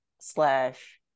slash